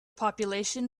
population